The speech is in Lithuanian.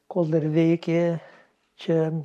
kol dar veikė čia